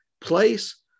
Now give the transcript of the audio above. place